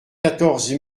quatorze